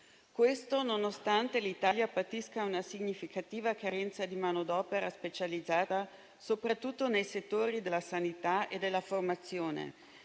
Questo nonostante l'Italia patisca una significativa carenza di manodopera specializzata, soprattutto nei settori della sanità e della formazione.